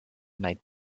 made